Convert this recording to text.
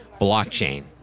blockchain